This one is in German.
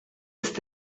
ist